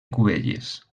cubelles